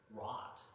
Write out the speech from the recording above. rot